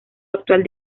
actual